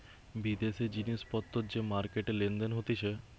বিদেশি জিনিস পত্তর যে মার্কেটে লেনদেন হতিছে